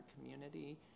community